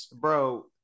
bro